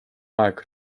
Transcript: aeg